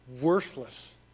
worthless